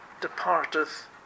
departeth